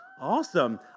Awesome